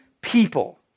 people